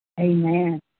Amen